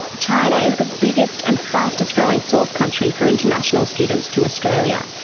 china is the biggest and fastest growing source country for international students to australia.